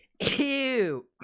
EW